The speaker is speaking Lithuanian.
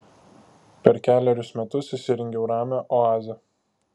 per kelerius metus įsirengiau ramią oazę